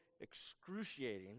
excruciating